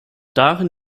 darin